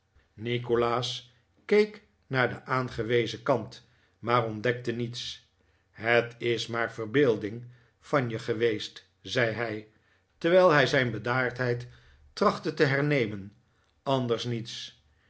nikolaas keek naar den aangewezen kant maar ontdekte niets het is maar verbeelding van je geweest zei hij terwijl hij zijn bedaardheid trachtte te hernemen anders niets